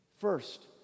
First